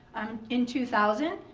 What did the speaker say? in two thousand,